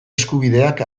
eskubideak